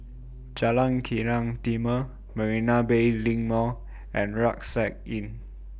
Jalan Kilang Timor Marina Bay LINK Mall and Rucksack Inn